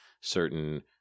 certain